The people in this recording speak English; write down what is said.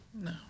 No